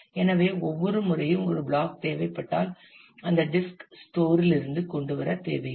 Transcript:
எனவே ஒவ்வொரு முறையும் ஒரு பிளாக் தேவைப்பட்டால் அதை டிஸ்க் ஸ்டோர் லிருந்து கொண்டு வர தேவையில்லை